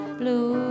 blue